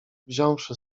wziąwszy